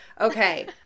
Okay